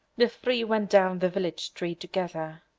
the three went down the village street together.